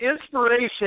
inspiration